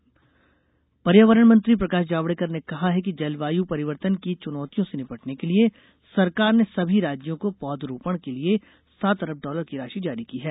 पर्यावरण जावडेकर पर्यावरण मंत्री प्रकाश जावड़ेकर ने कहा है कि जलवायु परिवर्तन की चुनौतियों से निपटने के लिए सरकार ने सभी राज्यों को पौधरोपण के लिए सात अरब डॉलर की राशि जारी की है